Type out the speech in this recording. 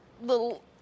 little